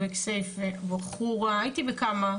בחורה, הייתי בכמה,